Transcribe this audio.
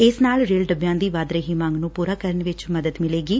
ਇਸ ਨਾਲ ਰੇਲ ਡੱਬਿਆਂ ਦੀ ਵਧ ਰਹੀ ਮੰਗ ਨੂੰ ਪੂਰਾ ਕਰਨ ਵਿਚ ਮਦਦ ਮਿਲੇਗੀ